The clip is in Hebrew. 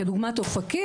כדוגמא אופקים,